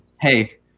Hey